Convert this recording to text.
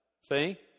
See